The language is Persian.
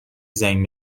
زنگ